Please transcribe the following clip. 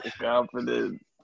Confidence